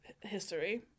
history